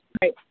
right